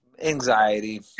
Anxiety